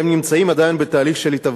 והם נמצאים עדיין בתהליך של התהוות.